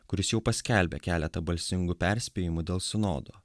kuris jau paskelbė keletą balsingų perspėjimų dėl sinodo